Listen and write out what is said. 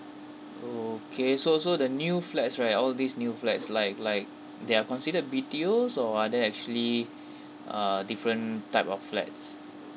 okay so so the new flats right all these new flats like like they are considered B_T_Os or are there actually err different type of flats